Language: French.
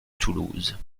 toulouse